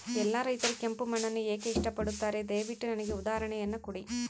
ಎಲ್ಲಾ ರೈತರು ಕೆಂಪು ಮಣ್ಣನ್ನು ಏಕೆ ಇಷ್ಟಪಡುತ್ತಾರೆ ದಯವಿಟ್ಟು ನನಗೆ ಉದಾಹರಣೆಯನ್ನ ಕೊಡಿ?